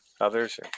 others